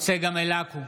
צגה מלקו,